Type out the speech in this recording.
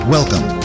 Welcome